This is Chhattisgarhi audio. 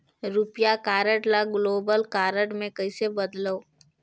रुपिया कारड ल ग्लोबल कारड मे कइसे बदलव?